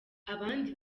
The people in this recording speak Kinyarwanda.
abandi